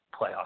playoff